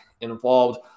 involved